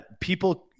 people –